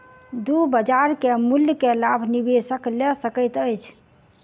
दू बजार के मूल्य के लाभ निवेशक लय सकैत अछि